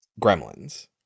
Gremlins